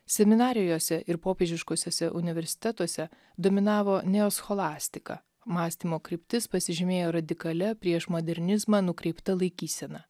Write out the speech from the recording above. seminarijose ir popiežiškuosiuose universitetuose dominavo neoscholastika mąstymo kryptis pasižymėjo radikalia prieš modernizmą nukreipta laikysena